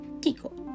Kiko